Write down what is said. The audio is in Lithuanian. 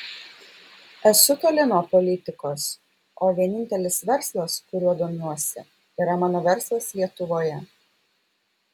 esu toli nuo politikos o vienintelis verslas kuriuo domiuosi yra mano verslas lietuvoje